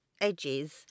edges